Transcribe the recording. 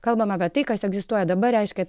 kalbam apie tai kas egzistuoja dabar reiškia